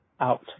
out